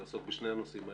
נעסוק בשני הנושאים.